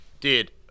dude